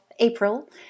April